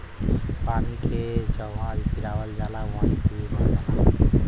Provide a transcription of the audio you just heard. पानी के जहवा गिरावल जाला वहवॉ ही बह जाला